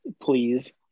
please